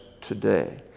today